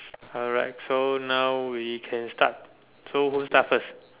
alright so now we can start so who start first